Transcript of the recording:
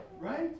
right